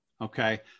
Okay